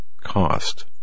cost